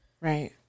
Right